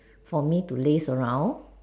for me to laze around